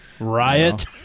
Riot